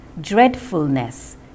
dreadfulness